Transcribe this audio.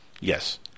Yes